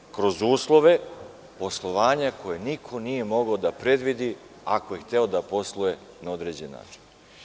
Dakle, kroz uslove, poslovanje koje niko nije mogao da predvidi, ako je hteo da posluje na određeni način.